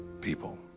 people